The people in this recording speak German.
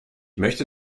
möchte